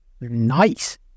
Nice